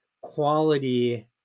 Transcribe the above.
quality